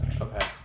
okay